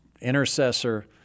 intercessor